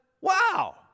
wow